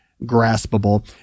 graspable